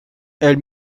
elle